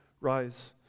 rise